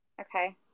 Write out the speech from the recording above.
Okay